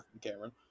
Cameron